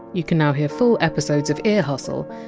you can now hear full episodes of ear hustle,